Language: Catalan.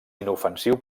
inofensiu